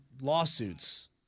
lawsuits